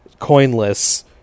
Coinless